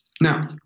Now